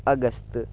August